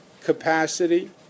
capacity